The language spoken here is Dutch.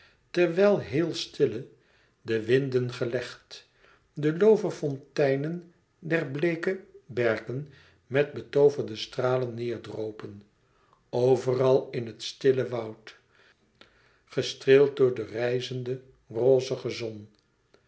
terwijl heel stille de winden gelegd de looverfonteinen der bleeke berken met betooverde stralen neêr dropen overal in het stille woud gestreeld door de rijzende rozige zon